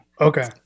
okay